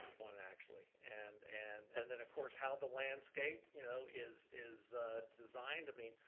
one actually. and and and then, of course, how the landscape you know is is designed. i mean,